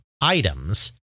items